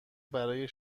برای